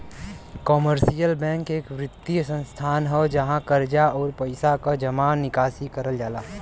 commercial bank एक वित्तीय संस्थान हौ जहाँ कर्जा, आउर पइसा क जमा निकासी करल जाला